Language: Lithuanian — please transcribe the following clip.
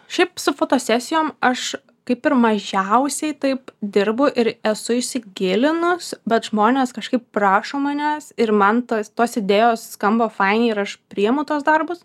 šiaip su fotosesijom aš kaip ir mažiausiai taip dirbu ir esu įsigilinus bet žmonės kažkaip prašo manęs ir man tos tos idėjos skamba fainiai ir aš priimu tuos darbus